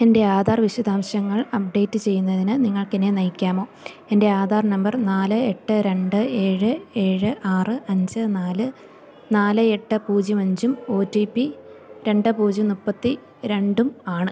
എൻ്റെ ആധാർ വിശദാംശങ്ങൾ അപ്ഡേറ്റ് ചെയ്യുന്നതിന് നിങ്ങൾക്കെന്നെ നയിക്കാമോ എൻ്റെ ആധാർ നമ്പർ നാല് എട്ട് രണ്ട് ഏഴ് ഏഴ് ആറ് അഞ്ച് നാല് നാല് എട്ട് പൂജ്യം അഞ്ചും ഒ ടി പി രണ്ട് പൂജ്യം മുപ്പത്തിരണ്ടും ആണ്